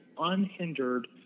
unhindered